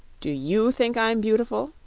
do you think i'm beautiful?